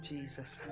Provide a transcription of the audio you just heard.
Jesus